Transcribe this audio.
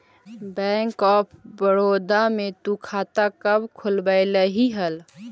bank of Baroda में तु खाता कब खुलवैल्ही हल